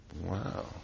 Wow